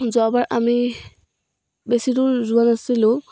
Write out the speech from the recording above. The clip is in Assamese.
যোৱাবাৰ আমি বেছি দূৰ যোৱা নাছিলোঁ